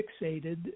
fixated